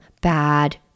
bad